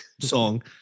song